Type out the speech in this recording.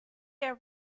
are